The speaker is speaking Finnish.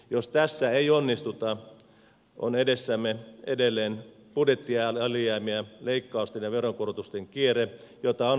jos tässä ei onnistuta on edessämme edelleen budjettialijäämiä leikkausten ja veronkorotusten kierre jota on vaikea katkaista